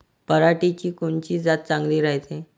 पऱ्हाटीची कोनची जात चांगली रायते?